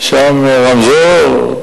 שם רמזור,